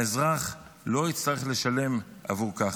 האזרח לא יצטרך לשלם עבור כך.